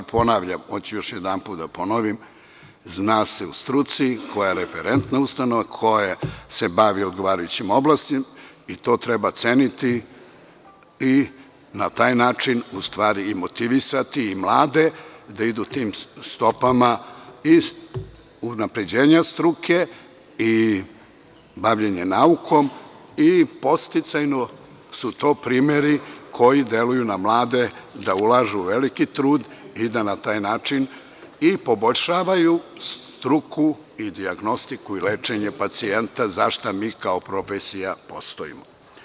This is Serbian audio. Ponavljam, hoću još jedanput da ponovim, zna se u struci koja je referentna ustanova, koja se bavi odgovarajućim oblastima i to treba ceniti i na taj način, u stvari i motivisati i mlade da idu tim stopama i unapređenja struke i bavljenje naukom i podsticajno su to primeri koji deluju na mlade da ulažu veliki trud i da na taj način i poboljšavaju struku i dijagnostiku i lečenje pacijenta, zašta mi kao profesija postojimo.